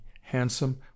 handsome